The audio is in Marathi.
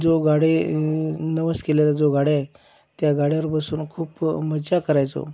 जो गाडी नवस केलेला जो गाड्या आहे त्या गाड्यावर बसून खूप मज्जा करायचो